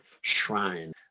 shrine